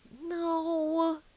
No